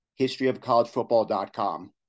historyofcollegefootball.com